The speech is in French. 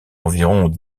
environ